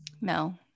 No